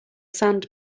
sand